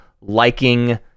liking